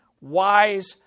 wise